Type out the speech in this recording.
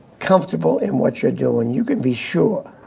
comfortable in what you're doing, you can be sure,